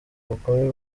bukumi